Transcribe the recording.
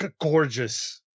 gorgeous